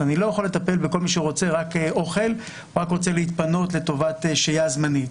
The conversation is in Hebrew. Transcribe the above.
אני לא יכול לטפל בכל מי שרוצה רק אוכל או להתפנות לטובת שהייה זמנית.